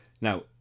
Now